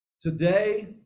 today